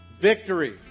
victory